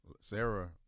Sarah